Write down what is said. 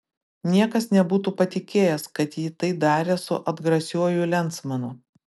niekas nebūtų patikėjęs kad ji tai darė su atgrasiuoju lensmanu